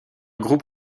groupe